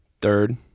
Third